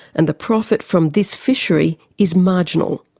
and the profit from this fishery is marginal.